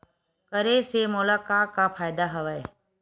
करे से मोला का का फ़ायदा हवय?